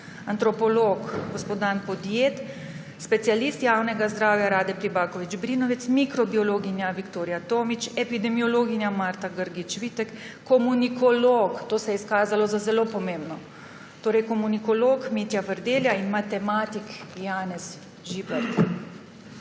antropolog – gospod Dan Podjed, specialist javnega zdravja Rade Pribaković Brinovec, mikrobiologinja Viktorija Tomič, epidemiologinja Marta Grgič Vitek, komunikolog – to se je izkazalo za zelo pomembno, torej komunikolog – Mitja Vrdelja in matematik Janez Žibert.